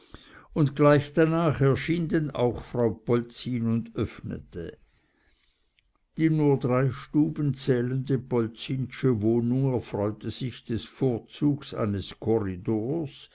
und gleich danach erschien denn auch frau polzin und öffnete die nur drei stuben zählende polzinsche wohnung erfreute sich des vorzugs eines korridors